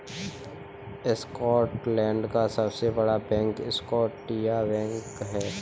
Scotland का सबसे बड़ा बैंक स्कॉटिया बैंक है